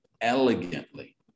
elegantly